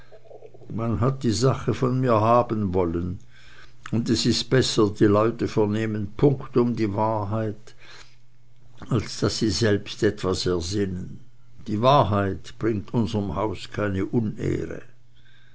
man hat die sache von mir haben wollen und es ist besser die leute vernehmen punktum die wahrheit als daß sie selbst etwas ersinnen die wahrheit bringt unserm hause keine unehre